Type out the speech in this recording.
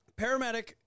paramedic